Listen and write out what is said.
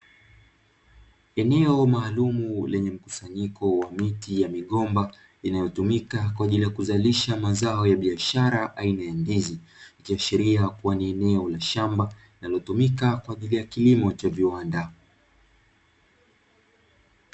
Eneo maalum lenye mkusanyiko wa miti ya migomba, inayotumika kwa ajili ya kuzalisha mazao ya biashara aina ndizi, ikiashiria kuwa ni eneo la shamba linalotumika kwa ajili ya kilimo cha viwanda.